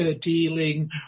dealing